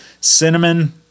cinnamon